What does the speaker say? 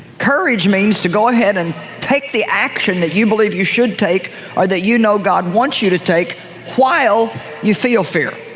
courage means to go ahead and take the action that you believe you should take or that you know that god wants you to take while you feel fear.